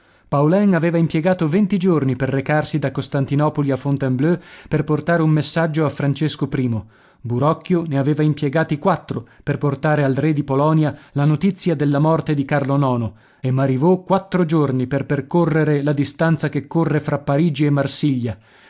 paulin aveva impiegato venti giorni per recarsi da costantinopoli a fontainebleau per portare un messaggio a francesco i burocchio ne aveva impiegati quattro per portare al re di polonia la notizia della morte di arlo e marivaux quattro giorni per percorrere la distanza che corre fra parigi e marsiglia